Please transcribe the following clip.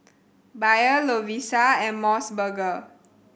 Bia Lovisa and Mos Burger